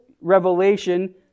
revelation